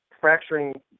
fracturing